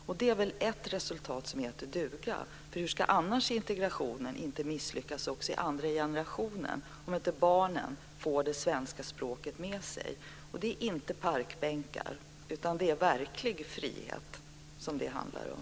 Det är väl ett resultat som heter duga? Hur ska vi kunna se till att integrationen inte misslyckas också i den andra generationen om inte barnen får det svenska språket med sig? Det är inte parkbänkar utan det är verklig frihet som det handlar om.